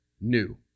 new